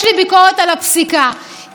ולכן, אדוני היושב-ראש,